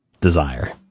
desire